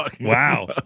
Wow